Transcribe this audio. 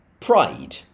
pride